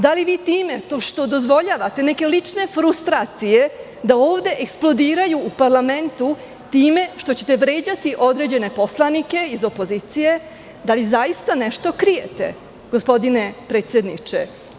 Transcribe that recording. Da li time što dozvoljavate neke lične frustracije, da ovde eksplodiraju u parlamentu, time što ćete da vređate određene poslanike iz opozicije, da li zaista nešto krijete, gospodine predsedniče?